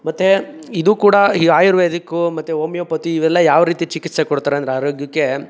ಮತ್ತು ಇದು ಕೂಡ ಈ ಆಯುರ್ವೇದಿಕ್ಕು ಮತ್ತು ಓಮ್ಯೋಪತಿ ಇವೆಲ್ಲ ಯಾವ ರೀತಿ ಚಿಕಿತ್ಸೆ ಕೊಡ್ತಾರೆ ಅಂದರೆ ಆರೋಗ್ಯಕ್ಕೆ